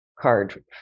card